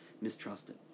mistrusted